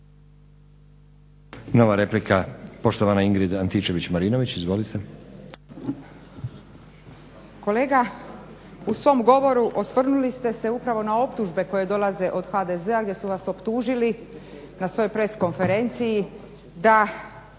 Nova replika, poštovana Ingrid Antičević-Marinović. Izvolite. **Antičević Marinović, Ingrid (SDP)** Kolega u svom govoru osvrnuli ste se upravo na optužbe koje dolaze od HDZ-a gdje su vas optužili na svojoj press konferenciji da